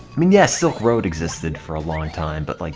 i mean yeah silk road existed for a long time but like